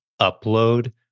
Upload